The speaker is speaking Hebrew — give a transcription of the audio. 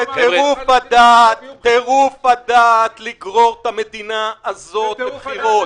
זה טירוף הדעת לגרור את המדינה הזאת לבחירות.